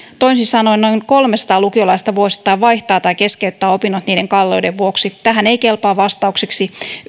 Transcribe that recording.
toisin sanoen noin kolmesataa lukiolaista vuosittain vaihtaa tai keskeyttää opinnot niiden kalleuden vuoksi tähän ei kelpaa vastaukseksi